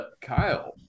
Kyle